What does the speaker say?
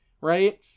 right